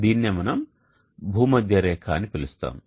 దీనినే మనం "భూమధ్య రేఖ" అని పిలుస్తాం